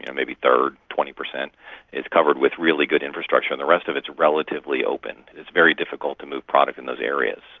yeah maybe a third, twenty per cent is covered with really good infrastructure and the rest of it's relatively open. it's very difficult to move product in those areas.